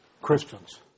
Christians